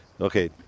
Okay